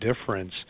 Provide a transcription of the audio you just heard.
difference